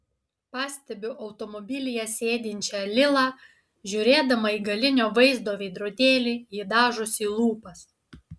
pastebiu automobilyje sėdinčią lilą žiūrėdama į galinio vaizdo veidrodėlį ji dažosi lūpas